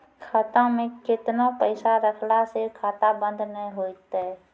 खाता मे केतना पैसा रखला से खाता बंद नैय होय तै?